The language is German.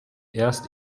erst